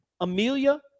Amelia